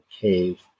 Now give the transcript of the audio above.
cave